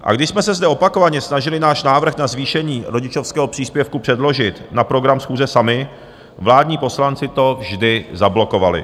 A když jsme se zde opakovaně snažili náš návrh na zvýšení rodičovského příspěvku předložit na program schůze sami, vládní poslanci to vždy zablokovali.